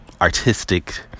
artistic